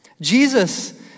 Jesus